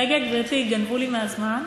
רגע, גברתי, גנבו לי מהזמן.